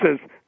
says